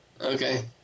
Okay